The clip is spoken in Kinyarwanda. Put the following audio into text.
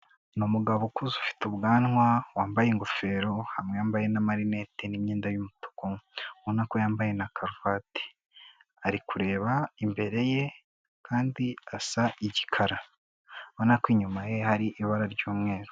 Ni umugabo ukuze ufite ubwanwa wambaye ingofero hamwe yambaye n'amarinete n'imyenda y'umutuku, ubona ko yambaye na kavati, ari kureba imbere ye kandi asa igikara abona ko inyuma ye hari ibara ry'umweru.